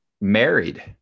Married